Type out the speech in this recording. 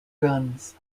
guns